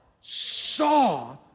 Saw